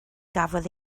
gafodd